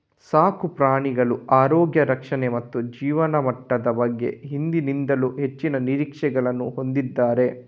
ಸಾಕು ಪ್ರಾಣಿಗಳ ಆರೋಗ್ಯ ರಕ್ಷಣೆ ಮತ್ತು ಜೀವನಮಟ್ಟದ ಬಗ್ಗೆ ಹಿಂದೆಂದಿಗಿಂತಲೂ ಹೆಚ್ಚಿನ ನಿರೀಕ್ಷೆಗಳನ್ನು ಹೊಂದಿದ್ದಾರೆ